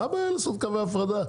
מה הבעיה לעשות קווי הפרדה?